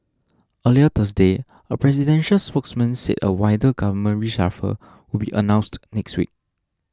earlier Thursday a presidential spokesman said a wider government reshuffle would be announced next week